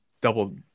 double